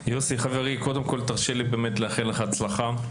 יוסי חברי, קודם כול, תרשה לי באמת לאחל לך הצלחה.